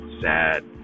sad